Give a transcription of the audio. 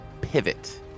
pivot